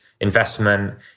investment